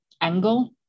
angle